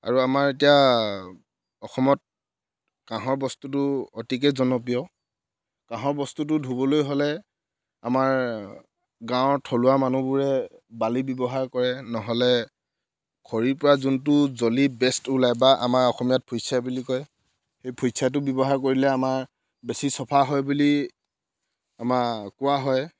আৰু আমাৰ এতিয়া অসমত কাঁহৰ বস্তুটো অতিকৈ জনপ্ৰিয় কাঁহৰ বস্তুটো ধুবলৈ হ'লে আমাৰ গাঁৱৰ থলুৱা মানুহবোৰে বালি ব্যৱহাৰ কৰে নহ'লে খৰিৰ পৰা যোনটো জ্বলি বেষ্ট ওলায় বা আমাৰ অসমীয়াত ফুট ছাই বুলি কয় সেই ফুট ছাইটো ব্যৱহাৰ কৰিলে আমাৰ বেছি চাফা হয় বুলি আমাৰ কোৱা হয়